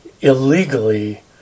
illegally